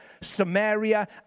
Samaria